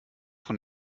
von